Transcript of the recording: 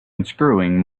unscrewing